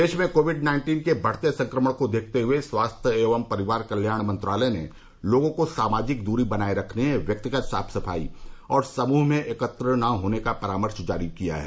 देश में COVID nineteen के बढ़ते संक्रमण को देखते हुए स्वास्थ्य एवं परिवार कल्याण मंत्रालय ने लोगों को सामाजिक दूरी बनाए रखने व्यक्तिगत साफ सफाई और समूह में एकत्र न होने का परामर्श जारी किया है